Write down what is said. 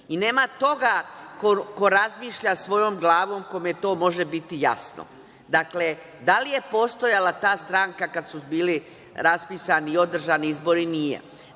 toga ko razmišlja svojom glavom, kome to može biti jasno. Dakle, da li je postojala ta stranka kad su bili raspisani i održani izbori? Nije.